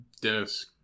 Dennis